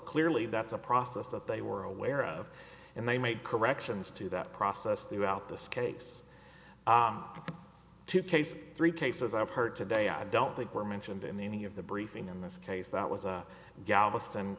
clearly that's a process that they were aware of and they made corrections to that process throughout this case to case three cases i've heard today i don't think were mentioned in the any of the briefing in this case that was a galveston